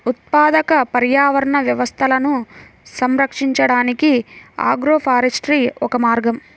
ఉత్పాదక పర్యావరణ వ్యవస్థలను సంరక్షించడానికి ఆగ్రోఫారెస్ట్రీ ఒక మార్గం